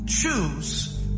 choose